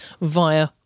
via